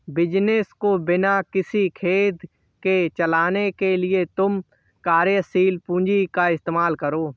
business को बिना किसी खेद के चलाने के लिए तुम कार्यशील पूंजी का इस्तेमाल करो